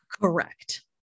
correct